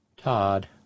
Todd